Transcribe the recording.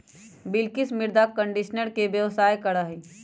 बिलकिश मृदा कंडीशनर के व्यवसाय करा हई